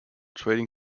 trading